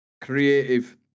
creative